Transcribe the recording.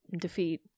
Defeat